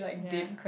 ya